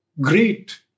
great